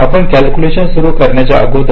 आपण कॅल्क्युलेशन सुरू करायच्या अगोदरच